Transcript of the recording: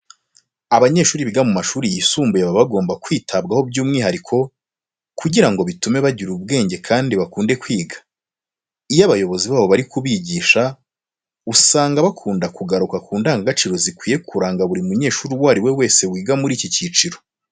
Abanyeshuri biga mu mashuri yisumbuye baba bagomba kwitabwaho by'umwihariko kugira ngo bituma bagira ubwenge kandi bakunde kwiga. Iyo abayobozi babo bari kubigisha usanga bakunda kugaruka ku ndangagaciro zikwiye kuranga buri munyeshuri uwo ari we wese wiga muri iki cyiciro.